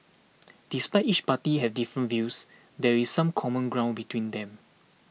despite each party having different views there is some common ground between them